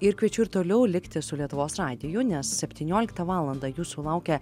ir kviečiu ir toliau likti su lietuvos radiju nes septynioliktą valandą jūsų laukia